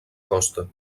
costa